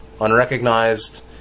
unrecognized